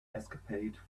escapade